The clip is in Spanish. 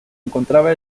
encontraba